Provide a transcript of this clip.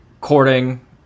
courting